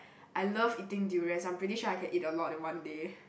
I love eating durians I'm pretty sure I can eat a lot in one day